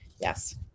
yes